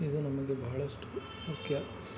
ಇದು ನಮ್ಮಲ್ಲಿ ಬಹಳಷ್ಟು ಮುಖ್ಯ